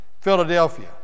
Philadelphia